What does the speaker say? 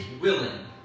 willing